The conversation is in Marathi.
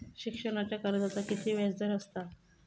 शिक्षणाच्या कर्जाचा किती व्याजदर असात?